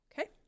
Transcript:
Okay